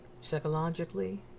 psychologically